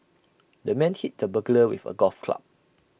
the man hit the burglar with A golf club